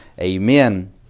Amen